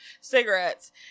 cigarettes